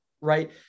right